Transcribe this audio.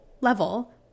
level